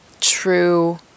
true